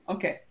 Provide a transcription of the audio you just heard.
Okay